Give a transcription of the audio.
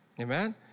Amen